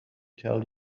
tell